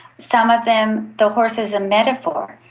some of them, the horse is a metaphor.